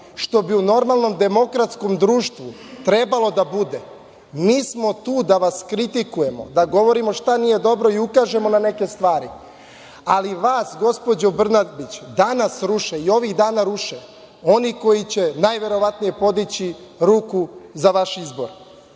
što bi u normalnom demokratskom društvu trebalo da bude. Mi smo tu da vas kritikujemo, da govorimo šta nije dobro i ukažemo na neke stvari, ali vas gospođo Brnabić danas ruše i ovih dana ruše, oni koji će najverovatnije podići ruku za vaš izbor. Ja